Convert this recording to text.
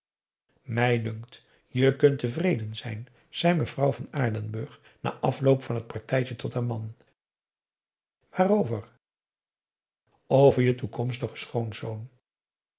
mij dunkt je kunt tevreden zijn zei mevrouw van aardenburg na afloop van t partijtje tot haar man waarover over je toekomstigen schoonzoon